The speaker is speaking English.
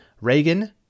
Reagan